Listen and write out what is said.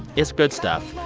it's good stuff.